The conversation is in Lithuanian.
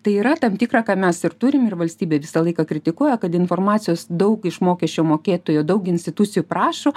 tai yra tam tikra ką mes ir turim ir valstybė visą laiką kritikuoja kad informacijos daug iš mokesčio mokėtojo daug institucijų prašo